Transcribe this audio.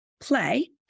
play